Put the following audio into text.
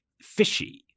fishy